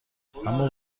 اما